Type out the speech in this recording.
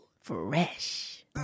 Fresh